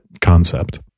concept